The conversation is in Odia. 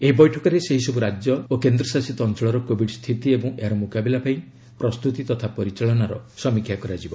ଏହି ବୈଠକରେ ସେହିସବୁ ରାଜ୍ୟ ଓ କେନ୍ଦ୍ରଶାସିତ ଅଞ୍ଚଳର କୋବିଡ ସ୍ଥିତି ଏବଂ ଏହାର ମୁକାବିଲା ପାଇଁ ପ୍ରସ୍ତୁତି ତଥା ପରିଚାଳନାର ସମୀକ୍ଷା କରାଯିବ